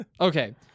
okay